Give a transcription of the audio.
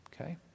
Okay